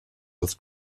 das